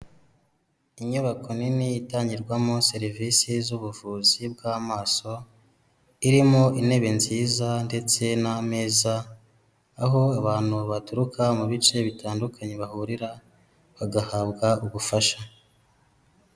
Inyubako nini itangirwamo serivisi z'ubuvuzi bw'amaso, irimo intebe nziza ndetse n'ameza, aho abantu baturuka mu bice bitandukanye bahurira bagahabwa ubufasha.